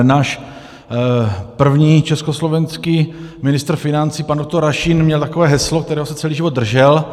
Náš první československý ministr financí pan doktor Rašín měl takové heslo, kterého se celý život držel.